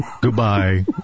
Goodbye